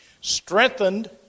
Strengthened